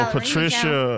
Patricia